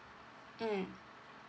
mm